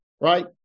Right